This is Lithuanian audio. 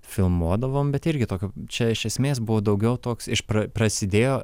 filmuodavom bet irgi tokio čia iš esmės buvo daugiau toks iš pra prasidėjo